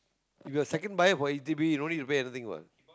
you got second buyer for h_d_b no need to pay anything what